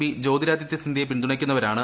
P Jyotiraditya സിന്ധ്യയെ പിന്തുണയ്ക്കുന്നവരാണ്